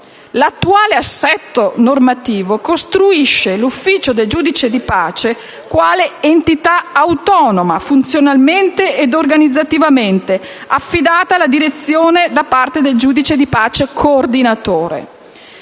l'attuale assetto normativo costruisce l'ufficio del giudice di pace quale entità autonoma funzionalmente ed organizzativamente, affidata alla direzione da parte del giudice di pace coordinatore.